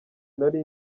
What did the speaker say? nari